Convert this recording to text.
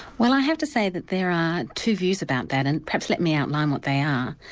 well i have to say that there are two views about that, and perhaps let me outline what they are.